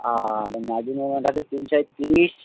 আর magic moment আছে তিনশো একতিরিশ